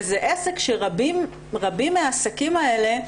רבים מהעסקים האלה,